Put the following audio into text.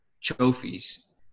trophies